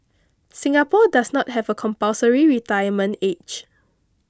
Singapore does not have a compulsory retirement age